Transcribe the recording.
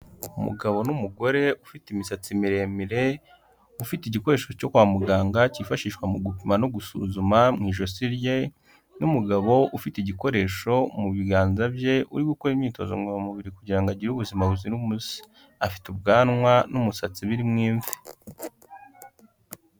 Umugabo n'umugore ufite imisatsi miremire, ufite igikoresho cyo kwa muganga cyifashishwa mu gupima no gusuzuma mu ijosi rye n'umugabo ufite igikoresho mu biganza bye, uri gukora imyitozo ngororamubiri kugira ngo agire ubuzima buzira umuze. Afite ubwanwa n'umusatsi birimo imvi.